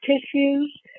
tissues